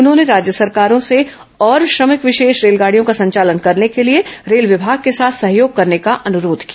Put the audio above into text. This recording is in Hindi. उन्होंने राज्य सरकारों से और श्रमिक विशेष रेलगाडियों का संचालन करने के लिए रेल विमाग के साथ सहयोग करने का अनुरोध किया